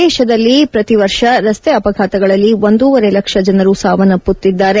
ದೇಶದಲ್ಲಿ ಪ್ರತಿವರ್ಷ ರಸ್ತೆ ಅಪಘಾತಗಳಲ್ಲಿ ಒಂದೂವರೆ ಲಕ್ಷ ಜನರು ಸಾವನ್ನಪ್ಟುತ್ತಿದ್ದಾರೆ